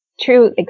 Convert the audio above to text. true